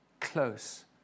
close